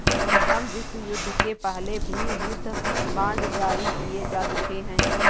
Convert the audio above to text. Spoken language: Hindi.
प्रथम विश्वयुद्ध के पहले भी युद्ध बांड जारी किए जा चुके हैं